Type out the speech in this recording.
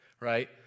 Right